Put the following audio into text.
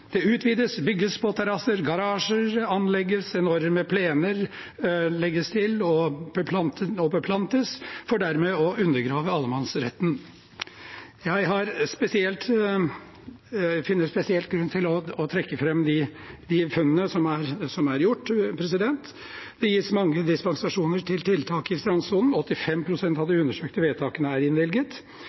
Det utvides, bygges på terrasser, garasjer anlegges, enorme plener legges til og beplantes, for dermed å undergrave allemannsretten. Jeg finner spesielt grunn til å trekke fram de funnene som er gjort. Det gis mange dispensasjoner til tiltak i strandsonen – 85 pst. av de undersøkte vedtakene er innvilget.